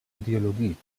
ideologie